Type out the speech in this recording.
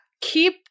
Keep